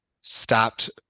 stopped